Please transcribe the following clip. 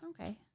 Okay